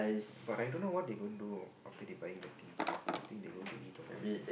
but I don't know what they going do after they buying the thing I think they going to eat or what